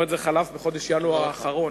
מועד זה חלף בחודש ינואר האחרון.